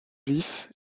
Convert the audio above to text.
vif